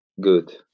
good